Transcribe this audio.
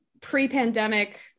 pre-pandemic